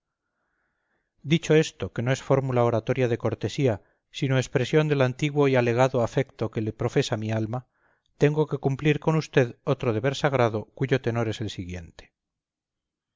dicho esto que no es fórmula oratoria de cortesía sino expresión del antiguo y alegado afecto que le profesa mi alma tengo que cumplir con usted otro deber sagrado cuyo tenor es el siguiente